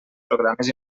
programes